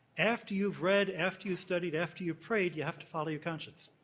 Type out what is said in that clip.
after you've read, after you've studied, after you've prayed, you have to follow your conscience.